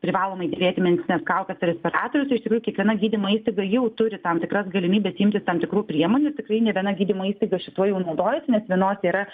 privalomai dėvėti medicinines kaukes ir res piratoriusiš tikrųjų kiekviena gydymo įstaiga jau turi tam tikras galimybes imtis tam tikrų priemonių tikrai nė viena gydymo įstaiga šituo jau naudojasi nes vienose yra